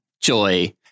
Joy